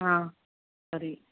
ஆ சரி